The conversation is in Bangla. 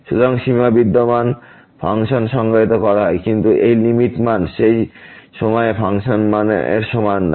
সুতরাং সীমা বিদ্যমান ফাংশন সংজ্ঞায়িত করা হয় কিন্তু এই লিমিটিং মান সেই সময়ে ফাংশনাল মান এর সমান নয়